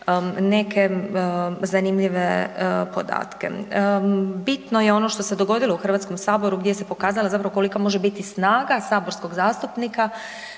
neke zanimljive podatke. Bitno je ono što se dogodilo u HS-u, gdje se pokazalo zapravo kolika može biti snaga saborskog zastupnika